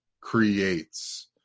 creates